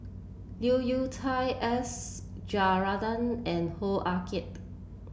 Leu Yew Chye S Rajendran and Hoo Ah Kay